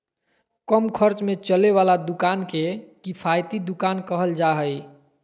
कम खर्च में चले वाला दुकान के किफायती दुकान कहल जा हइ